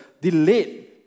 delayed